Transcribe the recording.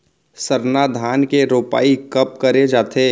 सरना धान के रोपाई कब करे जाथे?